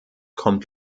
kommt